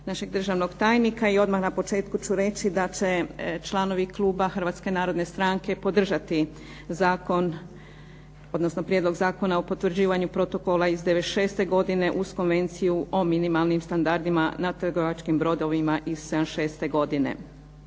našeg državnog tajnika i odmah na početku ću reći da će članovi kluba Hrvatske narodne stranke podržati prijedlog zakona o potvrđivanju protokola iz 1996. godine uz Konvenciju o minimalnim standardima na trgovačkim brodovima iz 1976. godine.